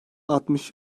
altmış